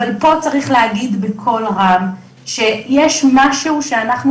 אבל פה צריך להגיד בקול רם שיש משהו שאנחנו